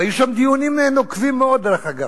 והיו שם דיונים נוקבים מאוד, דרך אגב.